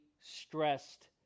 stressed